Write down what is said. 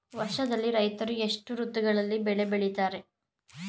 ವರ್ಷದಲ್ಲಿ ರೈತರು ಎಷ್ಟು ಋತುಗಳಲ್ಲಿ ಬೆಳೆ ಬೆಳೆಯುತ್ತಾರೆ?